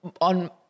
on